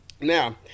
now